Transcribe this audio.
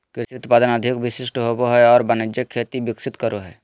कृषि उत्पादन अधिक विशिष्ट होबो हइ और वाणिज्यिक खेती विकसित करो हइ